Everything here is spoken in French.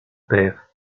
père